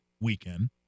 weekend